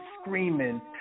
screaming